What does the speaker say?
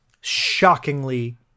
Shockingly